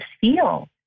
feel